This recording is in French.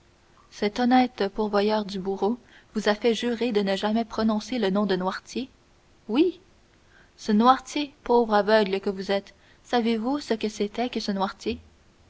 cet honnête pourvoyeur du bourreau vous a fait jurer de ne jamais prononcer de nom de noirtier oui ce noirtier pauvre aveugle que vous êtes savez-vous ce que c'était que ce noirtier